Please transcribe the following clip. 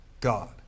God